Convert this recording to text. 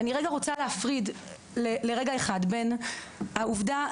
ואני רוצה להפריד לרגע בין העובדה,